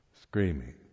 screaming